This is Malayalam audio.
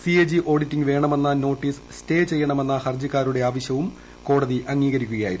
സിഎജി ഓഡിറ്റിംഗ് വേണമെന്ന നോട്ടീസ് സ്റ്റേ ചെയ്യണമെന്ന ഹർജിക്കാരുടെ ആവശ്യവും കോടതി അംഗീകരിക്കുകയായിരുന്നു